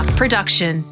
production